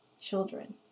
children